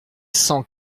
cent